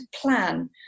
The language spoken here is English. plan